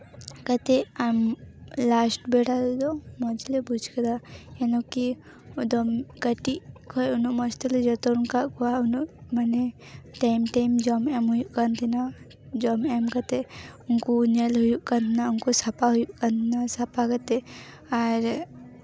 ᱠᱟᱛᱮᱫ ᱟᱢ ᱞᱟᱥᱴ ᱵᱮᱲᱟ ᱨᱮᱫᱚ ᱢᱚᱡᱽ ᱞᱮ ᱵᱩᱡᱽ ᱠᱮᱫᱟ ᱠᱮᱱᱚ ᱠᱤ ᱟᱫᱚ ᱠᱟᱹᱴᱤᱡ ᱠᱷᱚᱱ ᱩᱱᱟᱹᱜ ᱢᱚᱡᱽ ᱛᱮᱞᱮ ᱡᱚᱛᱚᱱ ᱟᱠᱟᱫ ᱠᱚᱣᱟ ᱩᱱᱟᱹᱜ ᱢᱟᱱᱮ ᱴᱟᱭᱤᱢ ᱴᱟᱭᱤᱢ ᱡᱚᱢ ᱮᱢ ᱦᱩᱭᱩᱜ ᱠᱟᱱ ᱛᱟᱦᱮᱸᱱᱟ ᱡᱚᱢ ᱮᱢ ᱠᱟᱛᱮᱫ ᱩᱱᱠᱩ ᱧᱮᱞ ᱦᱩᱭᱩᱜ ᱠᱟᱱᱟ ᱩᱱᱠᱩ ᱥᱟᱯᱷᱟ ᱦᱩᱭᱩᱜ ᱠᱟᱱᱟ ᱥᱟᱯᱷᱟ ᱠᱟᱛᱮᱫ ᱟᱨ